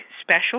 special